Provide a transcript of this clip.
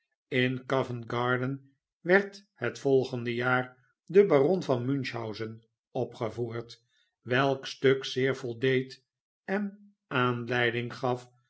in oovent garden werd het volgende jaar de baron van munchhausen opgevoerd welk stuk zeer voldeed on aanleiding gaf